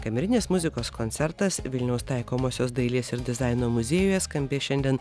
kamerinės muzikos koncertas vilniaus taikomosios dailės ir dizaino muziejuje skambės šiandien